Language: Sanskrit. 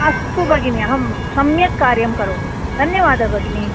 अस्तु भगिनि अहं सम्यक् कार्यं करोमि धन्यवादः भगिनि